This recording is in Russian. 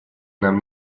нам